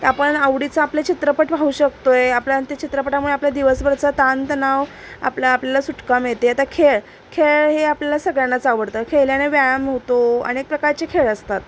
आपण आवडीचं आपले चित्रपट पाहू शकतो आहे आपल्या ते चित्रपटामुळे आपल्या दिवसभरचा ताणतणाव आपल्या आपल्याला सुटकाम मिळते आहे आता खेळ खेळ हे आपल्याला सगळ्यांनाच आवडतं खेळल्याने व्यायाम होतो अनेक प्रकारचे खेळ असतात